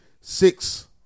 six